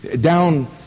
Down